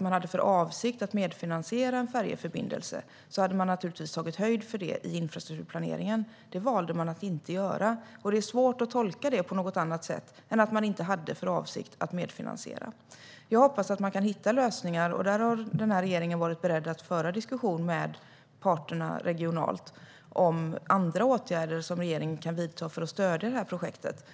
man hade haft för avsikt att medfinansiera en färjeförbindelse hade man naturligtvis tagit höjd för det i infrastrukturplaneringen. Det valde man att inte göra. Det är svårt att tolka det på något annat sätt än att man inte hade för avsikt att medfinansiera. Jag hoppas att man kan hitta lösningar. Där har regeringen varit beredd att föra diskussion med parterna regionalt om andra åtgärder som regeringen kan vidta för att stödja projektet.